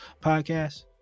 podcast